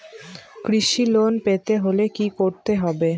কৃষি লোন পেতে হলে কি করতে হবে?